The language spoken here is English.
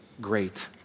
great